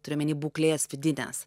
turiu omeny būklės vidinės